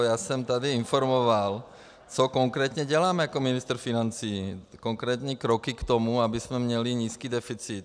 Já jsem tady informoval, co konkrétně dělám jako ministr financí, konkrétní kroky k tomu, abychom měli nízký deficit.